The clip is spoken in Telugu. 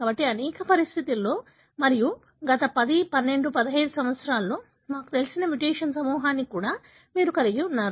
కాబట్టి అనేక పరిస్థితులలో మరియు గత 10 12 15 సంవత్సరాలలో మాకు తెలిసిన మ్యుటేషన్ సమూహాన్ని కూడా మీరు కలిగి ఉన్నారు